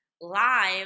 live